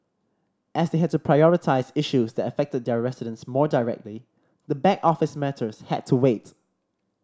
as they had to prioritise issues that affected their residents more directly the back office matters had to wait